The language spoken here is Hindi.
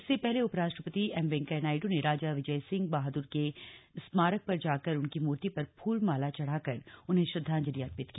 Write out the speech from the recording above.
इससे पहले उपराष्ट्रपति नायडू ने राजा विजय सिंह बहादुर के स्मारक पर जाकर उनकी मूर्ति पर फूल माला चढ़ाकर उन्हें श्रद्धांजलि अर्पित की